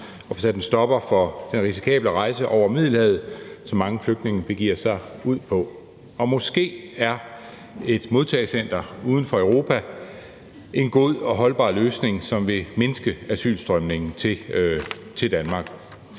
vi får sat en stopper for den risikable rejse over Middelhavet, som mange flygtninge begiver sig ud på, må være i vores alles interesse. Måske er et modtagecenter uden for Europa en god og holdbar løsning, som vil mindske asylstrømningen til Danmark.